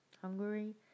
Hungary